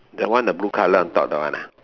that one the blue color on top that one ah